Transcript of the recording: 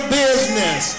business